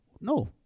No